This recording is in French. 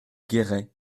guéret